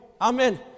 amen